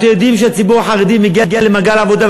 אתם יודעים שהציבור החרדי מגיע למעגל העבודה,